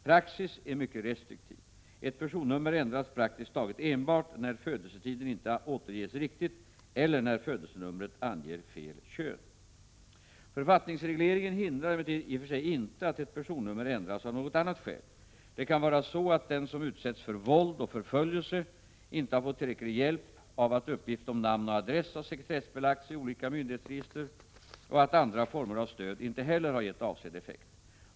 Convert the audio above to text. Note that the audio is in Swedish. Praxis är mycket restriktiv. Ett personnummer ändras praktiskt taget enbart när födelsetiden inte återges riktigt eller när födelsenumret anger fel kön. Författningsregleringen hindrar emellertid i och för sig inte att ett personnummer ändras av något annat skäl. Det kan vara så att den som utsätts för våld och förföljelse inte har fått tillräcklig hjälp av att uppgift om namn och adress har sekretessbelagts i olika myndighetsregister och att andra former av stöd inte heller har gett avsedd effekt.